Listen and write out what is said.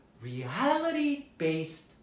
reality-based